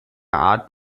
art